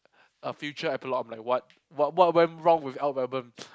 a future epilogue I'm like what what what went wrong with white-album